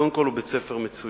קודם כול, הוא בית-ספר מצוין,